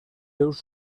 seus